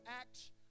Acts